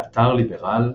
באתר ליברל,